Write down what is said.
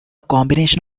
combination